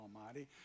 Almighty